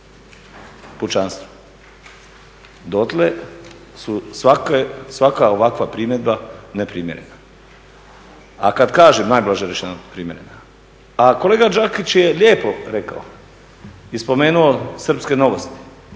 pučanstva, dotle su svaka ovakva primjedba neprimjerena, a kad kažem, najblaže rečeno neprimjerena. A kolega Đakić je lijepo rekao i spomenuo srpske novosti,